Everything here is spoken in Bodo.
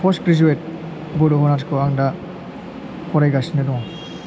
फस ग्रेजुयेट बड' अनार्सखौ आं दा फरायगासिनो दं